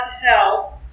help